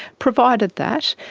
provided that,